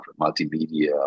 multimedia